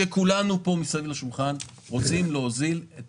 שכולנו פה מסביב לשולחן רוצים להוזיל את